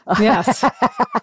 Yes